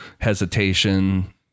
hesitation